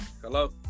Hello